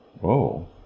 Whoa